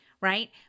right